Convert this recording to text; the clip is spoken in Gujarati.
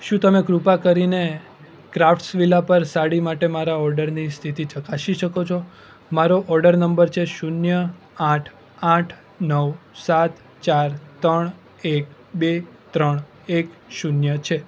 શું તમે કૃપા કરીને ક્રાફ્ટ્સ વિલા પર સાડી માટે મારા ઓર્ડરની સ્થિતિ ચકાસી શકો છો મારો ઓર્ડર નંબર શૂન્ય આઠ આઠ નવ સાત ચાર ત્રણ એક બે ત્રણ એક શૂન્ય છે